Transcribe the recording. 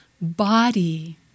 body